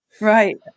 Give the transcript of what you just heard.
right